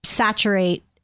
saturate